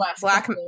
black